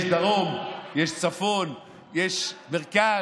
יש דרום, יש צפון, יש מרכז,